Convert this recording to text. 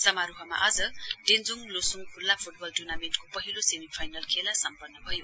समारोहमा आज डेञ्जोङ लोसुङ खुल्ला फुटबल टुर्नामेण्टको पहिलो सेमी फाइनल खेला सम्पन्न भयो